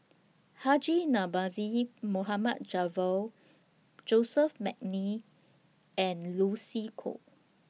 Haji Namazie Mohamed Javad Joseph Mcnally and Lucy Koh